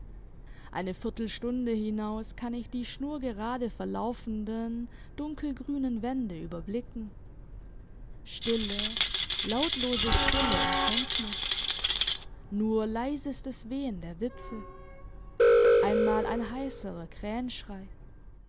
eine viertelstunde hinaus kann ich die schnurgerade verlaufenden dunkelgrünen wände überblicken stille lautlose stille umfängt mich nur leisestes wehen der wipfel einmal ein heiserer